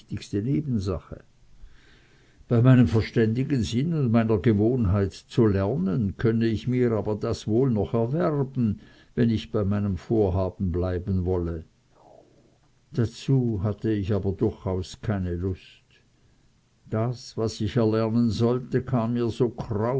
nebensache bei meinem verständigen sinn und meiner gewohnheit zu lernen könne ich mir aber das wohl noch erwerben wenn ich bei meinem vorhaben bleiben wolle dazu hatte ich aber durchaus keine lust das was ich erlernen sollte kam mir so kraus